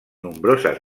nombroses